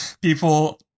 people